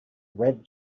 red